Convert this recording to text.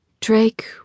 Drake